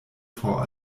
vor